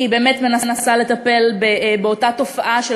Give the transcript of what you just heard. כי היא באמת מנסה לטפל באותה תופעה של